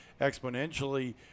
exponentially